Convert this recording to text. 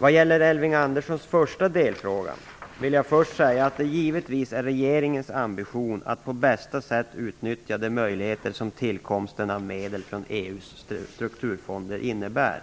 Vad gäller Elving Anderssons första delfråga vill jag först säga att det givetvis är regeringens ambition att på bästa sätt utnyttja de möjligheter som tillkomsten av medel från EU:s strukturfonder innebär.